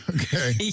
Okay